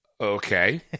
Okay